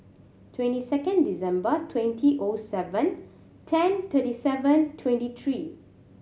twenty second December twenty O seven ten thirty seven twenty three